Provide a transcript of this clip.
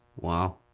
Wow